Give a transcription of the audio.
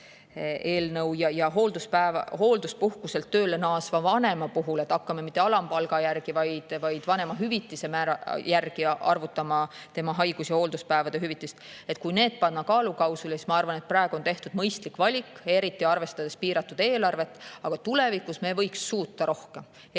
eelnõu ja hoolduspuhkuselt tööle naasva vanema puhul mitte alampalga, vaid vanemahüvitise määra järgi haigus- ja hoolduspäevade hüvitise arvutamine – kui panna need kaalukausile, siis ma arvan, et praegu on tehtud mõistlik valik, eriti arvestades piiratud eelarvet. Aga tulevikus me võiks suuta rohkem,